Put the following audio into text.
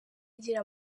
agira